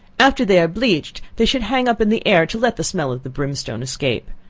after they are bleached, they should hang up in the air to let the smell of the brimstone escape.